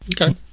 Okay